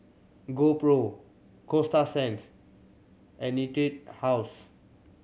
GoPro Coasta Sands and Etude House